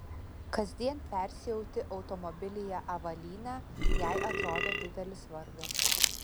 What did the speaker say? kasdien persiauti automobilyje avalynę jei atrodo didelis vargas